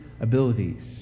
abilities